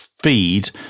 feed